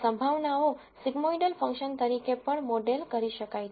probabilities sigmoidal function તરીકે પણ model કરી શકાય છે